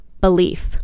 belief